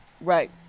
Right